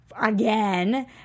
again